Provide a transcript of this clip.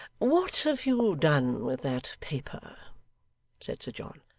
what have you done with that paper said sir john.